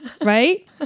right